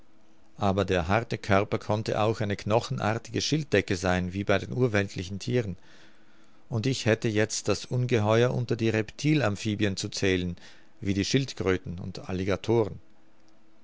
aber der harte körper konnte auch eine knochenartige schilddecke sein wie bei den urweltlichen thieren und ich hätte jetzt das ungeheuer unter die reptilamphibien zu zählen wie die schildkröten und alligatoren